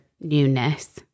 newness